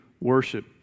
worship